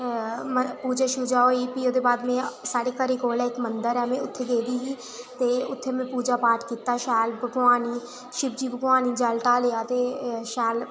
पूजा शूजा होई फ्ही ओह्दे बा'द साढ़े घरै कोल इक मंदर ऐ में उत्थै गेदी ही उत्थै में पूजा पाठ कीता में शैल भगवान गी शिव जी भगवान गी जल ढालेआ ते शैल